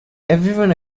everyone